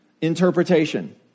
interpretation